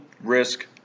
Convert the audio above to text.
risk